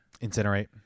Incinerate